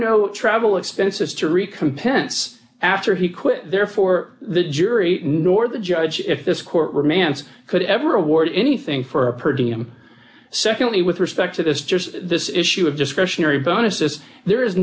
no travel expenses to recommit after he quit therefore the jury nor the judge if this court remands could ever award anything for a per diem secondly with respect to this just this issue of discretionary bonuses there is